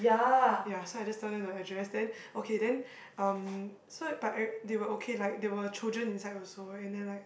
ya so I just told them the address then okay then um so but ever~ but they were okay like there were children inside also and they are like